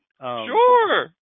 Sure